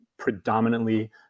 predominantly